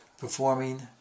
performing